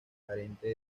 carente